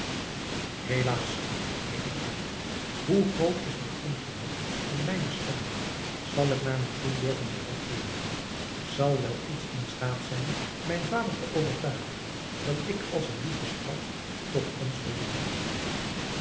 helaas riep ik uit hoe groot is mijn ongeluk en mijne schande zal ik naar moussoul durven terugkeeren zal wel iets in staat zijn mijn vader te overtuigen dat ik als een dief gestraft toch onschuldig ben